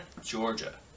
Georgia